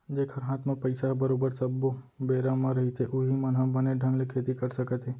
जेखर हात म पइसा ह बरोबर सब्बो बेरा म रहिथे उहीं मन ह बने ढंग ले खेती कर सकत हे